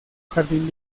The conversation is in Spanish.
jardín